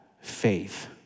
faith